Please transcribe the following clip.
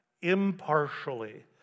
impartially